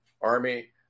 Army